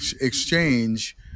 exchange